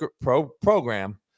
program